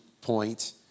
point